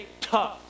tough